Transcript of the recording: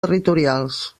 territorials